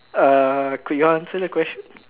uh could you answer the question